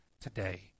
today